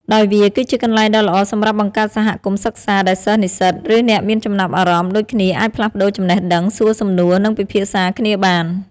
ដោយវាគឺជាកន្លែងដ៏ល្អសម្រាប់បង្កើតសហគមន៍សិក្សា ដែលសិស្ស និស្សិត ឬអ្នកមានចំណាប់អារម្មណ៍ដូចគ្នាអាចផ្លាស់ប្តូរចំណេះដឹង សួរសំណួរ និងពិភាក្សាគ្នាបាន។